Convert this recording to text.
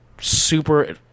super –